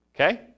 Okay